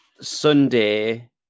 Sunday